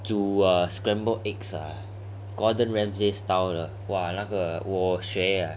煮 uh scrambled eggs ah gordon ramsay style 的 !wah! 那个我学 ah